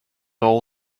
all